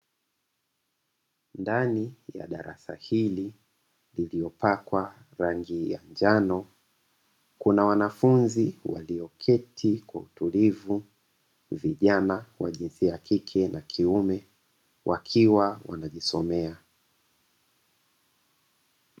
Ndani ya darasa hili lililo pakwa rangi ya njano kuna wanafunzi walio keti kwa utulivu vijana wajinsia ya kike na kiume wakiwa wanajisomea.